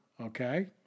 Okay